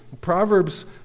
Proverbs